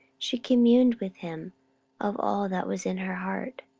she communed with him of all that was in her heart.